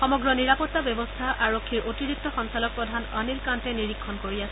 সমগ্ৰ নিৰাপত্তা ব্যৱস্থা আৰক্ষীৰ অতিৰিক্ত সঞ্চালক প্ৰধান অনিল কাণ্টে নিৰীক্ষণ কৰি আছে